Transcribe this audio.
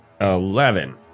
Eleven